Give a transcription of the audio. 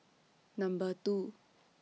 Number two